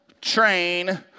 Train